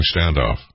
standoff